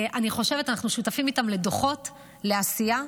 אני חושבת, אנחנו שותפים איתם לדוחות, לעשייה,